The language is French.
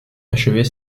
achever